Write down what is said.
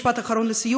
עוד משפט אחד לסיום,